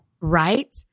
Right